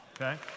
okay